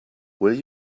will